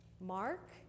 Mark